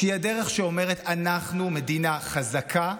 שהיא הדרך שאומרת: אנחנו מדינה חזקה,